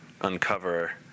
uncover